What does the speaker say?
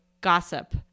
GOSSIP